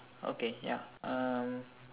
okay ya uh